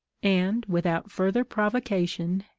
and, without further provocation,